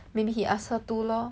maybe he asked her to lor